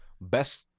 best